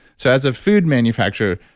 so as a food manufacturer,